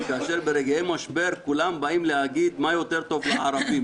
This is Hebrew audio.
כאשר ברגעי משבר כולם באים להגיד מה יותר טוב לערבים.